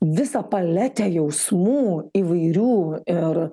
visą paletę jausmų įvairių ir